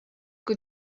kui